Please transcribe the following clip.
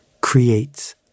creates